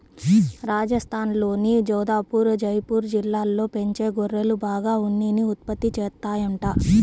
రాజస్థాన్లోని జోధపుర్, జైపూర్ జిల్లాల్లో పెంచే గొర్రెలు బాగా ఉన్నిని ఉత్పత్తి చేత్తాయంట